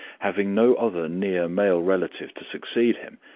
having no other near male relative to succeed him,